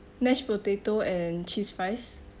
mashed potato and cheese fries